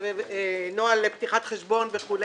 נוהל לפתיחת חשבון וכו',